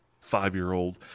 five-year-old